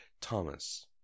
Thomas